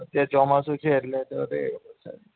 અત્યારે ચોમાસું છે એટલે તો અરે